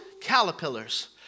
caterpillars